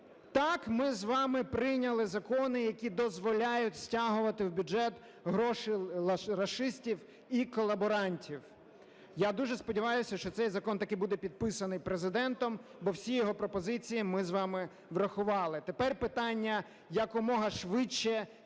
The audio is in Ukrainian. Так, ми з вами прийняли закони, які дозволяють стягувати в бюджет гроші рашистів і колаборантів. Я дуже сподіваюся, що цей закон таки буде підписаний Президентом, бо всі його пропозиції ми з вами врахували. Тепер питання якомога швидше